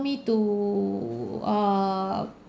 me to err